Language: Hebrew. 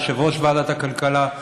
ליושב-ראש ועדת הכלכלה,